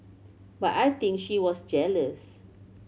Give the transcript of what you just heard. but I think she was jealous